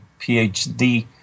PhD